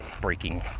breaking